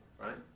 right